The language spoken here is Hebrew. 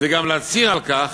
וגם להצהיר על כך